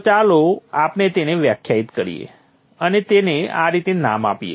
તો ચાલો આપણે તેને વ્યાખ્યાયિત કરીએ અને તેને આ રીતે નામ આપીએ